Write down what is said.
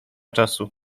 czasu